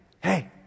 hey